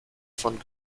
von